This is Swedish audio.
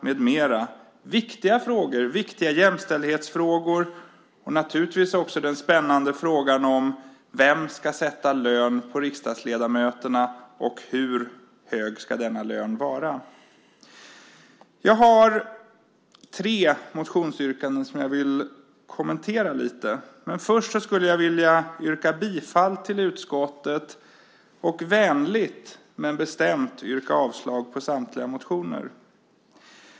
Det är viktiga frågor, bland annat om jämställdhet, och sedan har vi naturligtvis den spännande frågan om vem som ska sätta lön på riksdagsledamöterna och hur hög den lönen ska vara. Jag har tre motionsyrkanden som jag lite grann vill kommentera, men först skulle jag vilja yrka bifall till utskottets förslag och vänligt men bestämt yrka avslag på samtliga motioner.